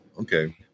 Okay